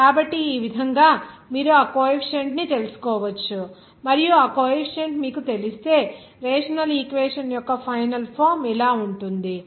కాబట్టి ఈ విధంగా మీరు ఆ కోఎఫీసియంట్ ని తెలుసుకోవచ్చు మరియు ఆ కోఎఫీసియంట్ మీకు తెలిస్తే రేషనల్ ఈక్వేషన్ యొక్క ఫైనల్ ఫామ్ ఇలా ఉంటుంది